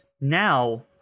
Now